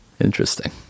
Interesting